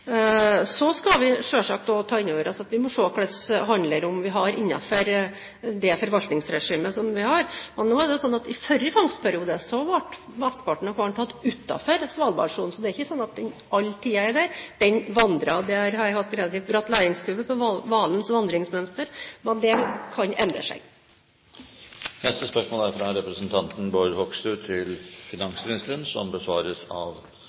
Så skal vi selvsagt ta inn over oss at vi må se på hvilket handlingsrom som finnes innenfor det forvaltningsregimet vi har. I forrige fangstperiode ble mesteparten av hvalen tatt utenfor Svalbardsonen, så det er ikke slik at den hele tiden er der – den vandrer. Jeg har hatt en relativt bratt læringskurve med tanke på hvalens vandringsmønster, men det kan endre seg. Vi går tilbake til spørsmål 3. Dette spørsmålet, fra representanten Bård Hoksrud, til finansministeren, er overført til samferdselsministeren som rette vedkommende. Spørsmålet er som følger: «Økt bruk av